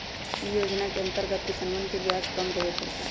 ई योजनवा के अंतर्गत किसनवन के ब्याज कम देवे पड़ तय